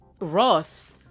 Ross